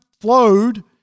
flowed